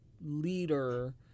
leader